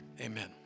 Amen